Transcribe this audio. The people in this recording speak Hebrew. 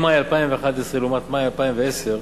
ממאי 2011 לעומת מאי 2010,